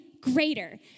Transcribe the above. greater